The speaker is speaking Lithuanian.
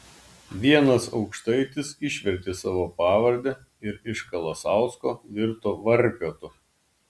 vienas aukštaitis išvertė savo pavardę ir iš kalasausko virto varpiotu